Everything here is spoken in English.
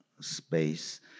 space